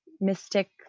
Mystic